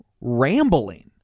rambling